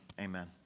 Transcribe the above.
amen